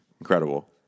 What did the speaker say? Incredible